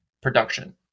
production